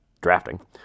drafting